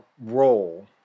role